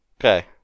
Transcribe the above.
Okay